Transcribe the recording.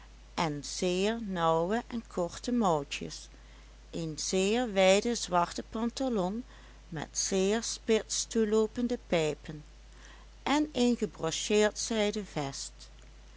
en zeer nauwe en korte mouwtjes een zeer wijden zwarten pantalon met zeer spits toeloopende pijpen en een gebrocheerd zijden vest